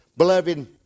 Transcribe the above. beloved